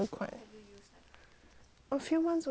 a few months only eh I think like